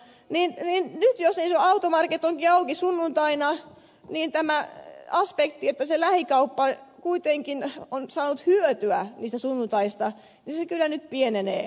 nyt jos iso automarket onkin auki sunnuntaina niin tämä aspekti että se lähikauppa kuitenkin on saanut hyötyä niistä sunnuntaista kyllä nyt pienenee